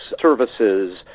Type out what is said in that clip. services